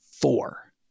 four